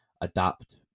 adapt